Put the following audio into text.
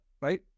right